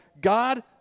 God